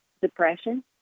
depression